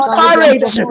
courage